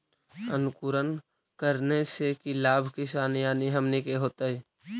अंकुरण करने से की लाभ किसान यानी हमनि के होतय?